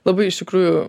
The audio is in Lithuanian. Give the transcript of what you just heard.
labai iš tikrųjų